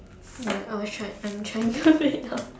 ya I was try I'm trying to write it down